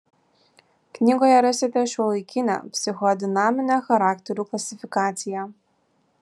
knygoje rasite šiuolaikinę psichodinaminę charakterių klasifikaciją